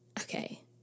okay